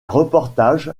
reportages